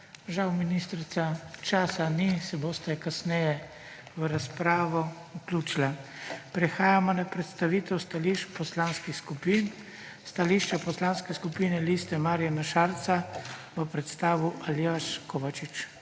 Žal ministrica, časa ni, se boste kasneje v razpravo vključili. Prehajamo na predstavitev stališč poslanskih skupin. Stališče Poslanske skupine Liste Marjana Šarca bo predstavil Aljaž Kovačič.